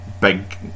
big